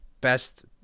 best